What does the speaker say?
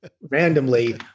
randomly